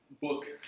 book